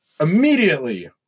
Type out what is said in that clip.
immediately